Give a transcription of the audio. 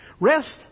Rest